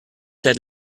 seit